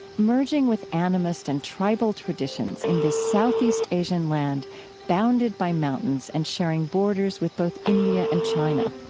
merging with animist and tribal traditions in this southeast asian land bounded by mountains and sharing borders with both india and china.